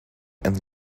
and